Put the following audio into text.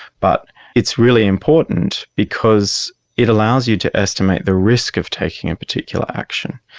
but it's really important because it allows you to estimate the risk of taking a particular action.